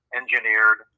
engineered